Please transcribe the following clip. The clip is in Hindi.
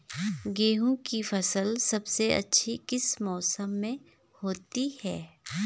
गेहूँ की फसल सबसे अच्छी किस मौसम में होती है